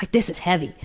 this is heavy.